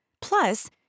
Plus